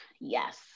yes